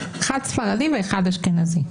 אחד ספרדי ואחד אשכנזי,